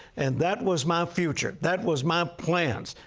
and that was my future. that was my plans.